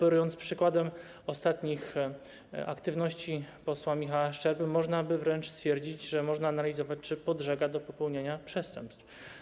Operując przykładem ostatnich aktywności posła Michała Szczerby, można by wręcz stwierdzić, że można analizować, czy podżega do popełniania przestępstw.